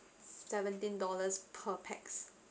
seventeen dollars per pax